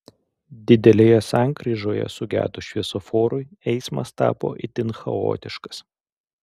didelėje sankryžoje sugedus šviesoforui eismas tapo itin chaotiškas